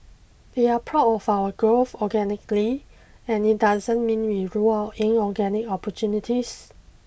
we are proud of our growth organically and it doesn't mean we rule out inorganic opportunities